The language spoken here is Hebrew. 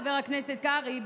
חבר הכנסת קרעי,